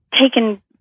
taken